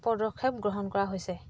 পদক্ষেপ গ্ৰহণ কৰা হৈছে